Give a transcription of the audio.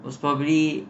was probably